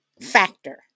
factor